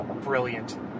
Brilliant